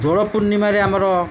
ଦୋଳ ପୂର୍ଣ୍ଣିମାରେ ଆମର